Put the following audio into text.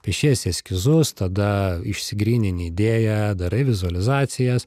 piešiesi eskizus tada išsigrynini idėją darai vizualizacijas